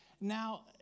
Now